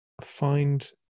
find